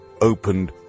opened